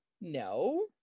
No